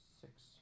six